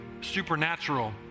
supernatural